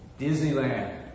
Disneyland